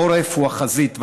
העורף הוא החזית,